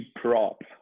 prop